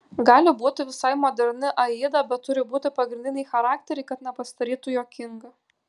gali būti visai moderni aida bet turi būti pagrindiniai charakteriai kad nepasidarytų juokinga